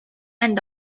and